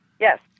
Yes